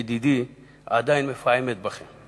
ידידי, עדיין מפעמת בכם.